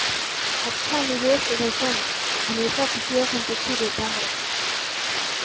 अच्छा निवेश प्रदर्शन हमेशा खुशी और संतुष्टि देता है